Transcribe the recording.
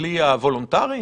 בכלי הוולונטרי?